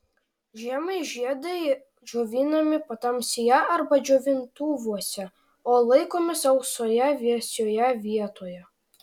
žiemai žiedai džiovinami patamsyje arba džiovintuvuose o laikomi sausoje vėsioje vietoje